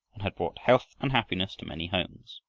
and had brought health and happiness to many homes,